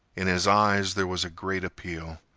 in his eyes there was a great appeal.